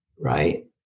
right